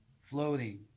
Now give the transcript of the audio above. Floating